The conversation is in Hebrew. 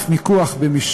משמש רק קלף מיקוח במשמורת